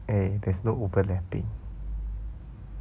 eh there's no overlapping